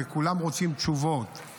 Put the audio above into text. וכולם רוצים תשובות,